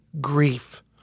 grief